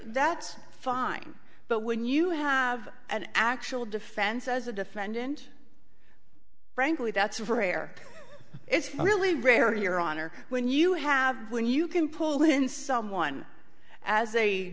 that's fine but when you have an actual defense as a defendant frankly that's rare it's really rare in your honor when you have when you can pull in someone as a